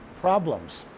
problems